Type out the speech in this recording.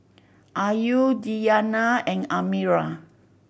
Ayu Diyana and Amirah